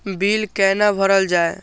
Bill कैना भरल जाय?